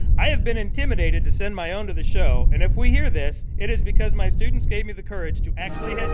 i have been intimidated to send my own to the show. and if we hear this, it is because my students gave me the courage to actually